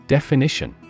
Definition